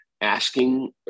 asking